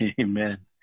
Amen